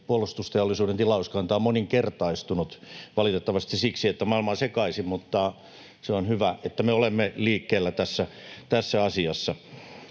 Puolustusteollisuuden tilauskanta on moninkertaistunut, valitettavasti siksi, että maailma on sekaisin, mutta on hyvä, että me olemme liikkeellä tässä asiassa.